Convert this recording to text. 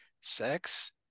Sex